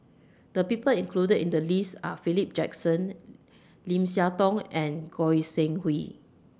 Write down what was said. The People included in The list Are Philip Jackson Lim Siah Tong and Goi Seng Hui